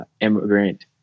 immigrant